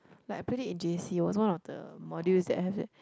like I put it in J_C was one of the modules that I have that